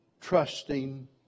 trusting